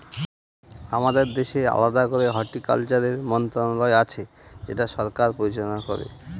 আমাদের দেশে আলাদা করে হর্টিকালচারের মন্ত্রণালয় আছে যেটা সরকার পরিচালনা করে